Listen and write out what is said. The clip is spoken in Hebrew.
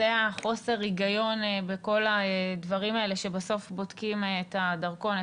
זה חוסר ההיגיון בכל הדברים האלה שבסוף בודקים את הדרכון,